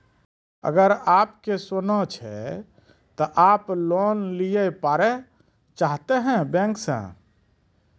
अगर आप के सोना छै ते आप लोन लिए पारे चाहते हैं बैंक से?